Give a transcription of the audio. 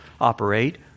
operate